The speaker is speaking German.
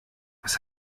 was